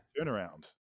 turnaround